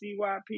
CYP